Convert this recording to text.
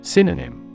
Synonym